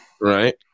right